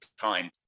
time